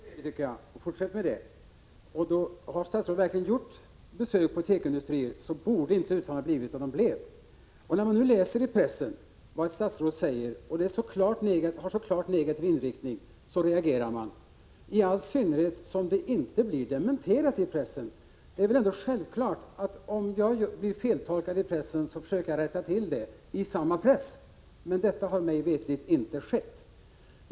Herr talman! Det sista som Anita Gradin sade var trevligt — fortsätt med detta! Om statsrådet verkligen har gjort besök på tekoindustrier borde inte uttalandena ha blivit sådana som de blev. När man nu läser i pressen vad ett statsråd säger och dessa uttalanden har en så klart negativ inriktning reagerar man, i all synnerhet som uttalandena inte dementeras i pressen. Det är väl ändå självklart att om man blir feltolkad i pressen försöker man rätta till det i samma press, men detta har mig veterligen inte skett i detta fall.